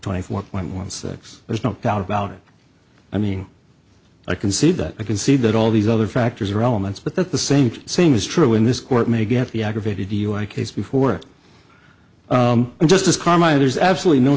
twenty four point one six there's no doubt about it i mean i can see that i can see that all these other factors are elements but at the same same is true in this court may get the aggravated dui case before it justice karma and there's absolutely no